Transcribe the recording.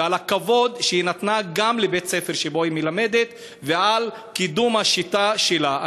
ועל הכבוד שהיא נתנה לבית-הספר שבו היא מלמדת ועל קידום השיטה שלה.